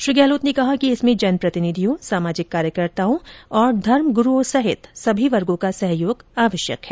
श्री गहलोत ने कहा कि इसमें जनप्रतिनिधियों सामाजिक कार्यकर्ताओं धर्म ग्रूओं सहित सभी वर्गों का सहयोग आवश्यक है